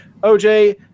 oj